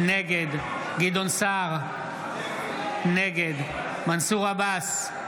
נגד גדעון סער, נגד מנסור עבאס,